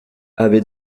avait